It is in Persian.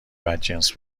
بدجنس